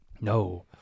No